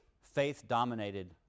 faith-dominated